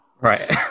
Right